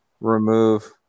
remove